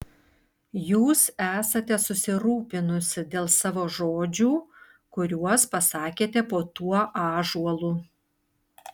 jūs esate susirūpinusi dėl savo žodžių kuriuos pasakėte po tuo ąžuolu